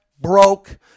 broke